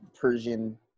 persian